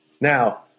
Now